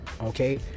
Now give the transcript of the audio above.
Okay